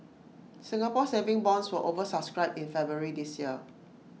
Singapore saving bonds were over subscribed in February this year